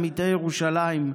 עמיתי ירושלים.